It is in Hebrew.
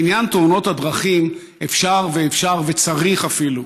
בעניין תאונות הדרכים, אפשר ואפשר, וצריך אפילו.